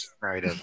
Right